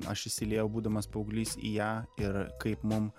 aš įsiliejau būdamas paauglys į ją ir kaip mum